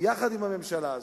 יחד עם הממשלה הזאת.